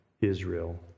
Israel